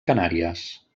canàries